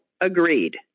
agreed